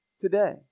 today